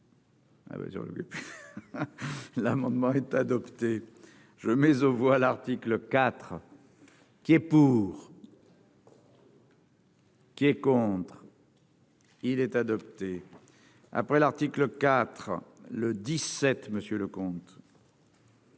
L'amendement est adopté je mais on voit l'article IV qui est pour. Qui est contre, il est adopté, après l'article 4 le 17 monsieur le comte.